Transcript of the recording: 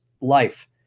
life